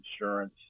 insurance